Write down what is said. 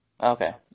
Okay